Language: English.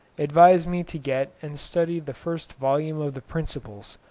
advised me to get and study the first volume of the principles,